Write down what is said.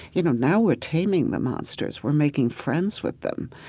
you know, now we're taming the monsters. we're making friends with them